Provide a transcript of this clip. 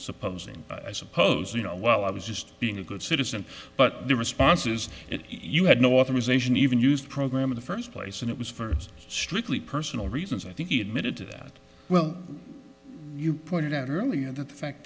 supposing i suppose you know well i was just being a good citizen but the response is you had no authorization even used program in the first place and it was for strictly personal reasons i think he admitted to that well you pointed out earlier that the